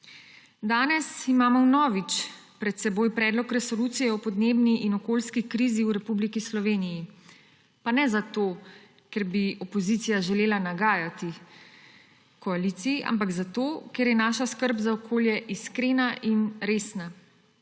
Danes imamo vnovič pred seboj Predlog resolucije o podnebni in okoljski krizi v Republiki Sloveniji. Pa ne zato, ker bi opozicija želela nagajati koaliciji, ampak zato, ker je naša skrb za okolje iskrena in resna.